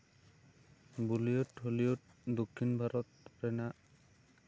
Bollywood Hollywood ᱫᱚᱠᱠᱷᱤᱱ ᱵᱷᱟᱨᱚᱛ ᱨᱮᱱᱟᱜ